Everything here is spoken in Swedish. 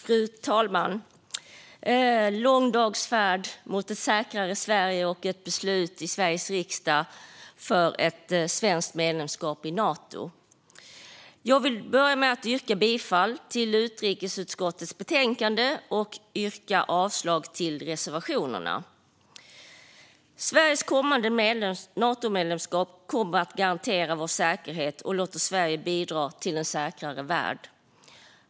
Fru talman! Det är en lång dags färd mot ett säkrare Sverige och ett beslut i Sveriges riksdag om ett svenskt medlemskap i Nato. Jag vill börja med att yrka bifall till utrikesutskottets förslag i betänkandet och avslag på reservationerna. Sveriges kommande Natomedlemskap garanterar vår säkerhet och låter Sverige bidra till en säkrare värld.